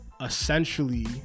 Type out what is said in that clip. essentially